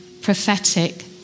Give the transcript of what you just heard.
prophetic